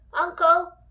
Uncle